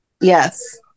Yes